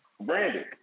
Brandon